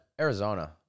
Arizona